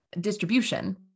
distribution